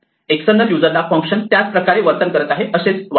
external user ला function त्याच प्रकारे वर्तन करते आहे असेच वाटते